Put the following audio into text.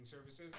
services